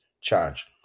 charge